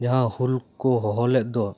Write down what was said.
ᱡᱟᱦᱟᱸ ᱦᱩᱞ ᱠᱚ ᱦᱚᱦᱚ ᱞᱮᱫ ᱫᱚ